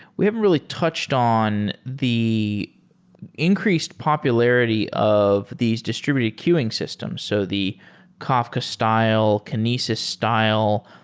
we haven't really touched on the increased popularity of these distributed queuing systems. so the kafka style, kinesis style,